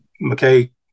McKay